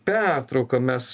pertrauką mes